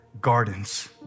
gardens